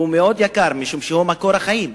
הוא מאוד יקר משום שהוא מקור החיים.